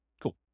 Cool